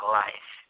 life